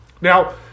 Now